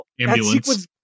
ambulance